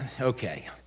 okay